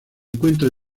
encuentra